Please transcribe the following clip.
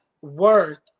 worth